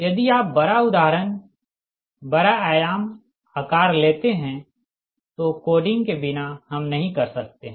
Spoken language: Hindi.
यदि आप बड़ा उदाहरण बड़ा आयाम आकार लेते हैं तो कोडिंग के बिना हम नहीं कर सकते हैं